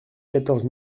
quatorze